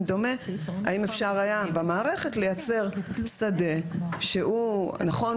דומה האם אפשר היה במערכת לייצר שדה שנכון,